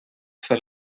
fer